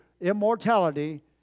immortality